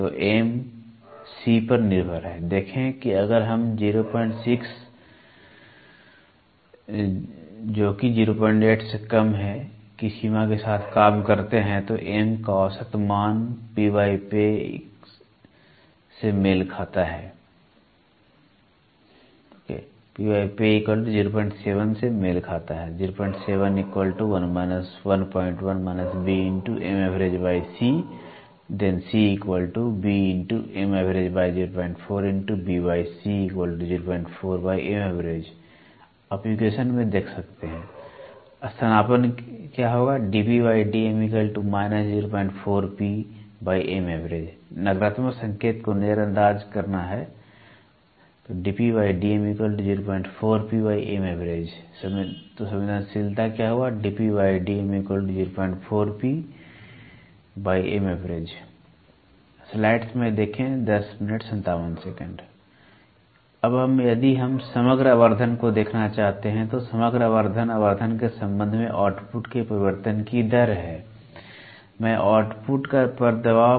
तो M C पर निर्भर है देखें कि अगर हम 06 08 की सीमा के साथ काम करते हैं तो M का औसत मान से मेल खाता है 07 स्थानापन्न नकारात्मक संकेत को नजरअंदाज करना ∴ संवेदनशीलता अब यदि हम समग्र आवर्धन को देखना चाहते हैं तो समग्र आवर्धन आवर्धन के संबंध में आउटपुट के परिवर्तन की दर है